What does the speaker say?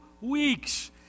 weeks